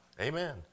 Amen